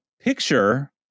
picture